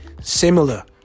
similar